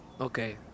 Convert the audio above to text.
Okay